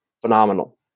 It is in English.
phenomenal